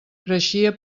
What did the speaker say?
creixia